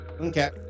Okay